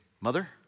Mother